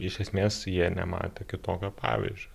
iš esmės jie nematė kitokio pavyzdžio